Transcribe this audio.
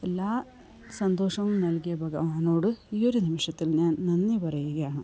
എല്ലാ സന്തോഷവും നൽകിയ ഭഗവാനോട് ഈ ഒരു നിമിഷത്തിൽ ഞാൻ നന്ദി പറയുകയാണ്